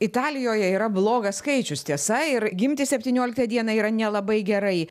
italijoje yra blogas skaičius tiesa ir gimti septynioliktą dieną yra nelabai gerai